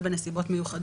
י"ז בטבת התשפ"ב,